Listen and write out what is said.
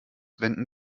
wenden